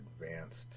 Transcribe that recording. advanced